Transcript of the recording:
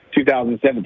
2017